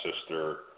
sister